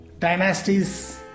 dynasties